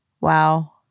Wow